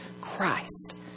Christ